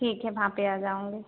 ठीक है वहाँ पर आ जाऊँगी